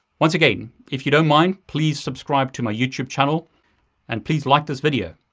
once again, if you don't mind, please subscribe to my youtube channel and please like this video.